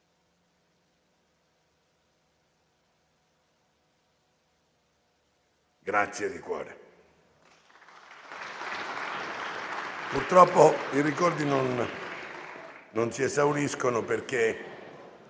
Grazie di cuore.